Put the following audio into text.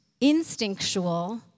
instinctual